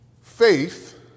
Faith